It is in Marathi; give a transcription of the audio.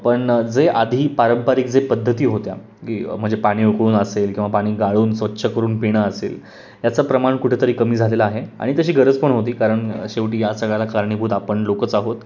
पण जे आधी पारंपरिक जे पद्धती होत्या की म्हणजे पाणी उकळून असेल किंवा पाणी गाळून स्वच्छ करून पिणं असेल याचं प्रमाण कुठेतरी कमी झालेलं आहे आणि तशी गरज पण होती कारण शेवटी या सगळ्याला कारणीभूत आपण लोकच आहोत